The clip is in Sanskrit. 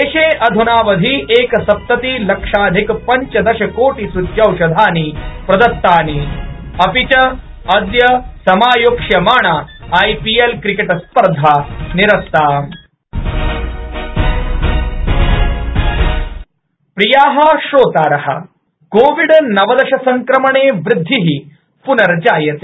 देश अध्नावधि एकसप्ततिलक्षाधिकपञ्चदशकोटिसूच्यौषधानि प्रदत्तानि अद्य समायोक्ष्यमाणा आईपीएल क्रिकेट्स्पर्धा निरस्ता कोविड सन्देश प्रियाः श्रोतारः कोविइनवदशसङ्क्रमणे वृद्धिः प्नर्जायते